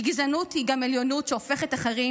כי גזענות היא גם עליונות שהופכת אחרים